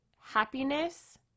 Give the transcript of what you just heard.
happiness